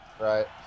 Right